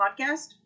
podcast